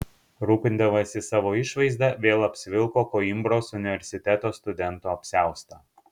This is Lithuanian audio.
rūpindamasis savo išvaizda vėl apsivilko koimbros universiteto studento apsiaustą